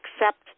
accept